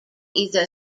either